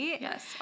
Yes